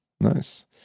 nice